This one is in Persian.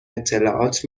اطلاعات